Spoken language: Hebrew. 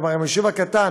כלומר, אם היישוב הקטן